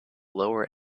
lower